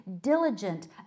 diligent